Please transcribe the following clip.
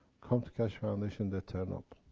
come to keshe foundation, they turn up.